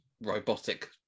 robotic